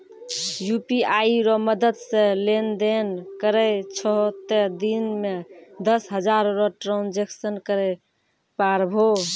UPI रो मदद से लेनदेन करै छहो तें दिन मे दस हजार रो ट्रांजेक्शन करै पारभौ